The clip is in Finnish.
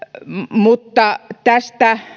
mutta tästä